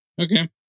Okay